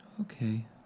Okay